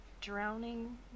drowning